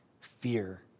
fear